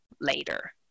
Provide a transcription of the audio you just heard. later